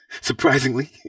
surprisingly